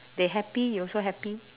they happy you also happy